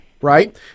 Right